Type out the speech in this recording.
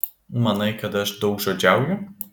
manai kad aš daugžodžiauju